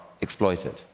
exploited